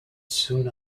soon